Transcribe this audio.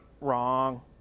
wrong